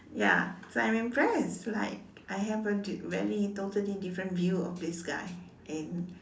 ya so I am impressed like I have a very totally different view of this guy and